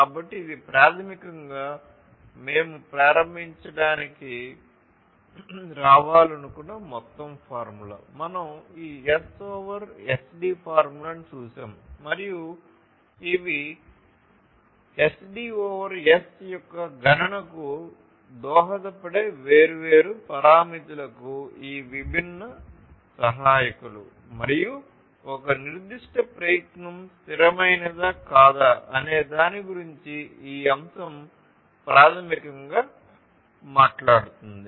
కాబట్టి ఇది ప్రాథమికంగా మేము ప్రారంభించడానికి రావాలనుకున్న మొత్తం ఫార్ములా మనం ఈ ఎస్ ఓవర్ ఎస్డి ఫార్ములాను చూశాము మరియు ఇవి ఎస్డి ఓవర్ ఎస్ యొక్క గణనకు దోహదపడే వేర్వేరు పారామితులకు ఈ విభిన్న సహాయకులు మరియు ఒక నిర్దిష్ట ప్రయత్నం స్థిరమైనదా కాదా అనే దాని గురించి ఈ అంశం ప్రాథమికంగా మాట్లాడుతుంది